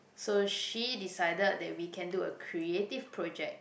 so she decided that we can do a creative project